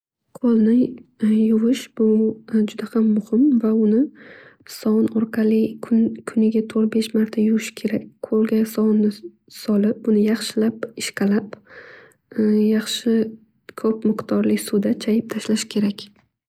Qo'lni yuvish bu juda ham muhim va uni sovun orqali kuniga to'rt besh marta yuvish kerak. Qo'lga sovunni solib uni yaxshilab ishqalab yaxshi ko'p miqdorli suvda chayib tashlash kerak.